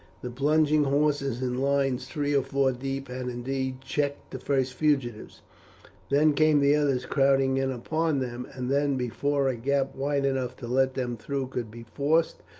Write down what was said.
the plunging horses in lines three or four deep had indeed checked the first fugitives then came the others crowding in upon them, and then before a gap wide enough to let them through could be forced,